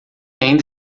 ainda